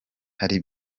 hari